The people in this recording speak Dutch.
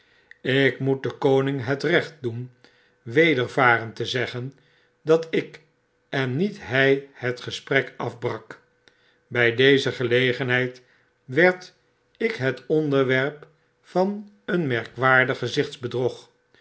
ik moet den koning het recht doen wedervaren te zeggen dat ik en niet hy het gesprek afbrakbij deze gelegenheid werd ik het onderwerp van een merkwaardig